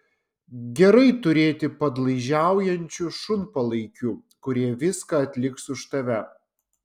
gerai turėti padlaižiaujančių šunpalaikių kurie viską atliks už tave